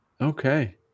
okay